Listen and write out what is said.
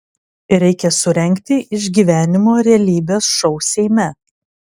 reikia surengti išgyvenimo realybės šou seime